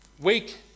weak